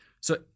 So-